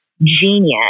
genius